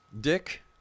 Dick